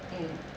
mm